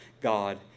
God